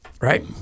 right